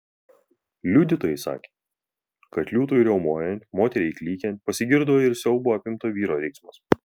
liudytojai sakė kad liūtui riaumojant moteriai klykiant pasigirdo ir siaubo apimto vyro riksmas